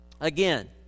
Again